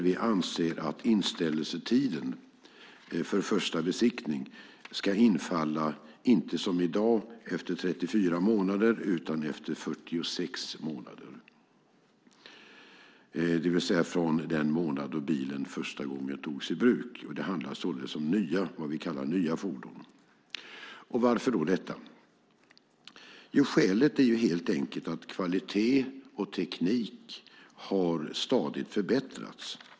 Vi anser att inställelsetiden för första besiktning inte ska infalla som i dag efter 34 månader utan efter 46 månader från den månad då bilen första gången togs i bruk. Det är således vad vi kallar nya fordon. Varför då detta? Skälet är helt enkelt att kvalitet och teknik har förbättrats.